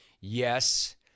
yes